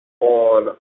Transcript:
on